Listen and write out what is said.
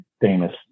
famous